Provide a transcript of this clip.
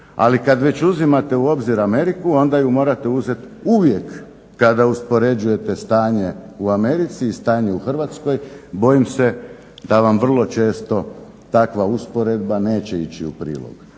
Ali kad već uzimate u obzir Ameriku onda ju morate uzeti uvijek kada uspoređujete stanje u Americi i stanje u Hrvatskoj, bojim se da vam vrlo često takva usporedba neće ići u prilog.